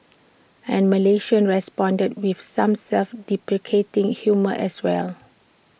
and Malaysians responded with some self deprecating humour as well